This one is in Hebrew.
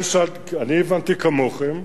אני הבנתי כמוכם.